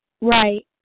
Right